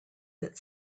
that